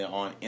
on